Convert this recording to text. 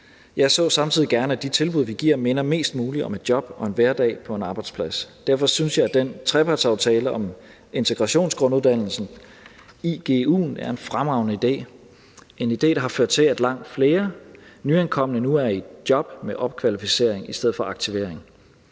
Jeg så samtidig gerne, at de tilbud, vi giver, minder mest muligt om et job og en hverdag på en arbejdsplads, og derfor synes jeg, at den trepartsaftale om integrationsgrunduddannelsen, igu'en, er en fremragende idé. Det er en idé, der har ført til, at langt flere nyankomne nu er i job med opkvalificering i stedet for aktivering.